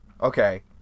Okay